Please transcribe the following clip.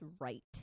right